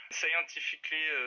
scientifically